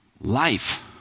life